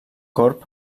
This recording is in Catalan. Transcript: corb